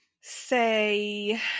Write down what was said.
say